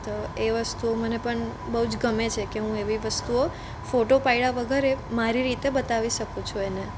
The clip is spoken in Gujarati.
તો એ વસ્તુ મને પણ બહુ જ ગમે છે કે હું એવી વસ્તુઓ ફોટો પાડ્યા વગરે મારી રીતે બતાવી શકું છું એને